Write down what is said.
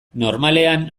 normalean